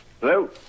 Hello